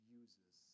uses